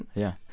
yeah.